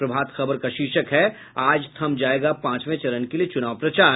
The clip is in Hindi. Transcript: प्रभात खबर का शीर्षक है आज थम जायेगा पांचवें चरण के लिये चुनाव प्रचार